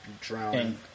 drowning